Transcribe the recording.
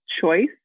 choice